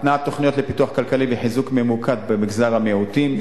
התנעת תוכניות לפיתוח כלכלי וחיזוק ממוקד במגזר המיעוטים,